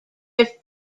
drift